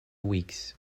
weeks